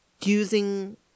using